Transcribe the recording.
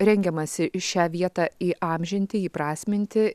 rengiamasi šią vietą įamžinti įprasminti